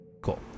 cool